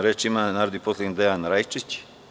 Reč ima narodni poslanik Dejan Rajčić.